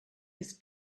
was